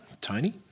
Tony